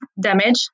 damage